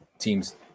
teams